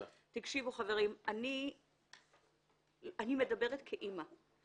תקשיבו חברים, אני מדברת כאימא.